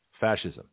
fascism